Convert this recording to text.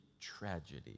tragedy